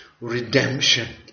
redemption